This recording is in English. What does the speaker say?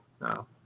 No